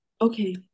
okay